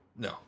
No